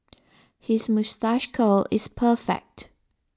his moustache curl is perfect